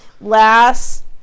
last